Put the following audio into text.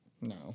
No